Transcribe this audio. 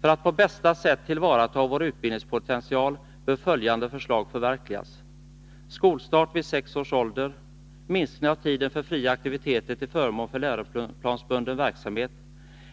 För att på bästa sätt tillvarata vår utbildningspotential bör följande förslag förverkligas: